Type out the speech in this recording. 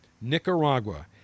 Nicaragua